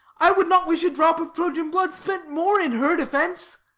i would not wish a drop of troyan blood spent more in her defence.